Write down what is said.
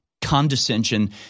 condescension